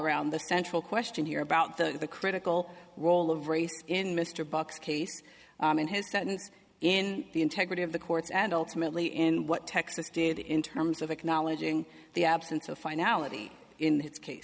around the central question here about the critical role of race in mr buck case in his state and in the integrity of the courts and ultimately in what texas did in terms of acknowledging the absence of finality in this case